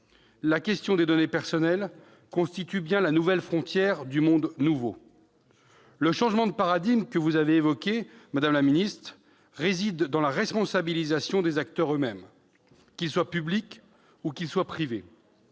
la question des données personnelles constitue bien la nouvelle frontière du monde nouveau. Le changement de paradigme que vous avez évoqué, madame la ministre, réside dans la responsabilisation des acteurs eux-mêmes, qu'ils soient publics ou privés.